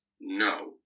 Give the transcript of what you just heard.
no